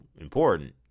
important